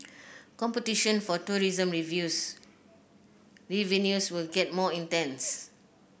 competition for tourism views revenues will get more intense